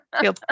feel